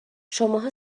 شماها